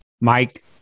Mike